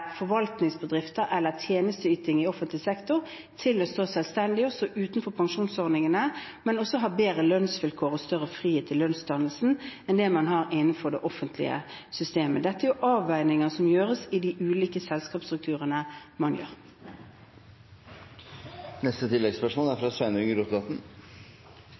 forvaltningsbedrifter eller tjenesteytere i offentlig sektor, til å stå selvstendig og utenfor pensjonsordningene, men også fikk bedre lønnsvilkår og større frihet i lønnsdannelsen enn det man har innenfor det offentlige systemet. Dette er avveininger som gjøres i de ulike selskapsstrukturene man